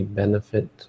benefit